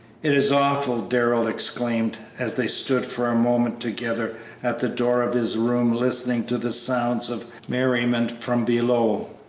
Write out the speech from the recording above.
it is awful! darrell exclaimed, as they stood for a moment together at the door of his room listening to the sounds of merriment from below